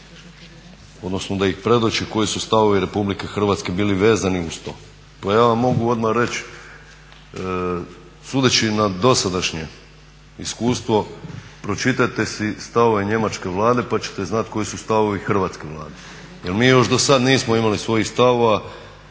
odnosno da ih predoči koji su stavovi RH bili vezani uz to. Pa ja vam mogu odmah reći sudeći na dosadašnje iskustvo pročitajte si stavove Njemačke vlade pa ćete znati koji su stavovi Hrvatske vlade. jer mi još dosad nismo imali svojih stavova